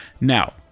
Now